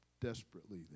desperately